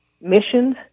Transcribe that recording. missions